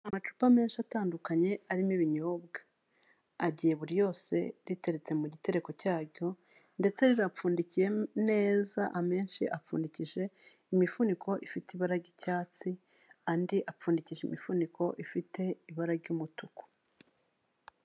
Amacupa menshi atandukanye arimo ibinyobwa, agiye buri yose riteretse mu gitereko cyaryo ndetse rinapfundikiye neza, amenshi apfundikije imifuniko ifite ibara ry'icyatsi, andi apfundikije imifuniko ifite ibara ry'umutuku.